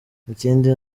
ikindi